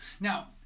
Now